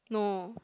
no